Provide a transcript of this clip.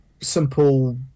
simple